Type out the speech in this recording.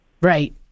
Right